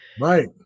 Right